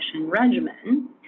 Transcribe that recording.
regimen